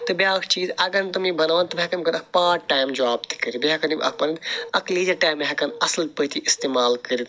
تہٕ بیٛاکھ چیٖز اگر نہٕ تِم یہِ بَناوَن تِم ہیٚکَن پَتہٕ اَکھ پارٹ ٹایم جاب تہِ کٔرِتھ بیٚیہِ ہیٚکَن یِم اکھ پَنٕنۍ اَکھ لیجر ٹایم ہیٚکن اصٕل پٲٹھۍ یہِ استعمال کٔرِتھ